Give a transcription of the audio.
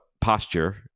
posture